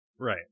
Right